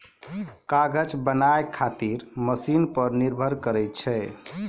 कागज बनाय खातीर मशिन पर निर्भर करै छै